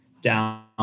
down